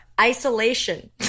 Isolation